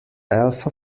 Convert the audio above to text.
alpha